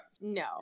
No